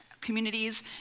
communities